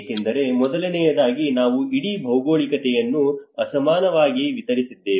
ಏಕೆಂದರೆ ಮೊದಲನೆಯದಾಗಿ ನಾವು ಇಡೀ ಭೌಗೋಳಿಕತೆಯನ್ನು ಅಸಮಾನವಾಗಿ ವಿತರಿಸಿದ್ದೇವೆ